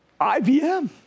IBM